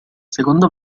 seconda